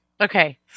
Okay